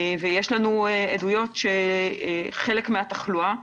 ויש לנו עדויות שחלק מהתחלואה,